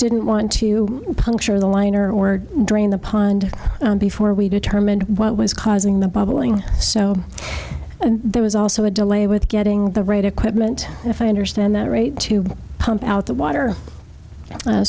didn't want to puncture the liner or drain the pond before we determine what was causing the bubbling so there was also a delay with getting the right equipment if i understand that right to pump out the water